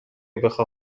بخاد